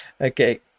okay